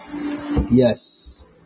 yes